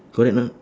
correct or not